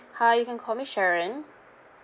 hi you can call me sharon